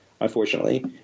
unfortunately